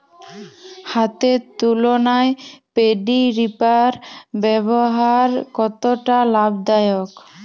হাতের তুলনায় paddy reaper ব্যবহার কতটা লাভদায়ক?